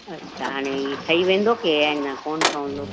अछा हाणे हीअ ठही वेंदो के न कोन ठहंदो